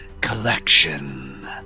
collection